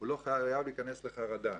הוא לא חייב להיכנס לחרדה.